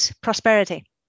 prosperity